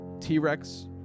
T-Rex